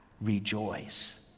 Rejoice